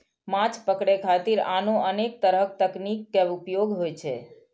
माछ पकड़े खातिर आनो अनेक तरक तकनीक के उपयोग होइ छै